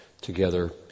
together